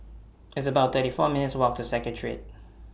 It's about thirty four minutes' Walk to Secretariat